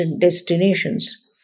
destinations